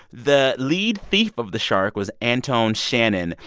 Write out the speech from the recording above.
the lead thief of the shark was antone shannon.